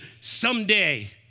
someday